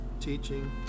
teaching